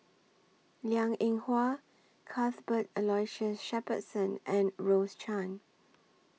Liang Eng Hwa Cuthbert Aloysius Shepherdson and Rose Chan